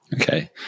Okay